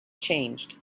changed